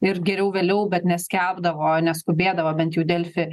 ir geriau vėliau bet neskelbdavo neskubėdavo bent jau delfi